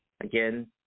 Again